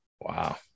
Wow